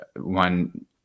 one